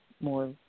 more